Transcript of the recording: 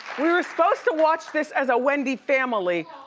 we were suppose to watch this as a wendy family.